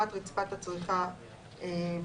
לעומת רצפת הצריכה ברוטו.